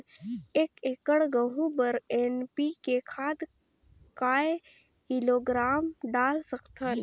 एक एकड़ गहूं बर एन.पी.के खाद काय किलोग्राम डाल सकथन?